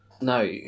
No